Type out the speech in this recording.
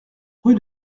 rue